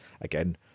Again